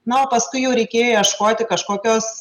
na o paskui jau reikėjo ieškoti kažkokios